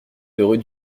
heureux